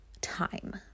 time